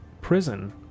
prison